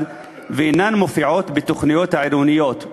ואינן מופיעות בתוכניות העירוניות,